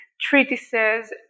treatises